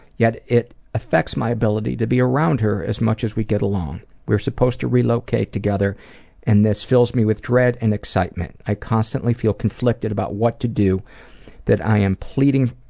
yet it affects my ability to be around her as much as we get along. we are supposed to relocate together and this fills me with dread and excitement. i constantly feel conflicted about what to do that i am pleading